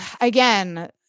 again